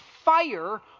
fire